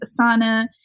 Asana